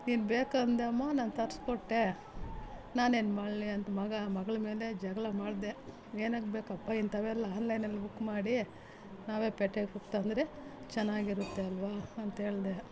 ನೀನು ಬೇಕೆಂದೆ ಅಮ್ಮ ನಾನು ತರಿಸ್ಕೊಟ್ಟೆ ನಾನೇನ್ಮಾಡಲಿ ಅಂತ ಮಗ ಮಗಳಮೇಲೆ ಜಗಳ ಮಾಡ್ದೆ ಏನಕ್ಕೆ ಬೇಕಪ್ಪ ಇಂಥವೆಲ್ಲ ಆನ್ಲೈನಲ್ಲಿ ಬುಕ್ ಮಾಡಿ ನಾವೇ ಪೇಟೆಗೆ ಹೋಗಿ ತಂದರೆ ಚೆನ್ನಾಗಿರುತ್ತೆ ಅಲ್ವ ಅಂಥೇಳ್ದೆ